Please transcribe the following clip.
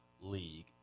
league